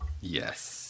Yes